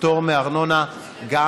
פטור מארנונה גם